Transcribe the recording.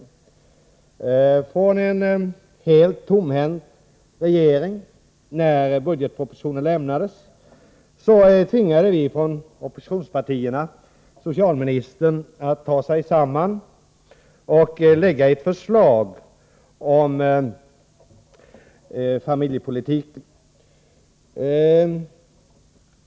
När budgetpropositionen lämnades var regeringen helt tomhänt, men vi från oppositionspartierna tvingade socialministern att ta sig samman och lägga fram ett förslag om familjepolitiken.